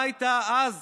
מה הייתה אז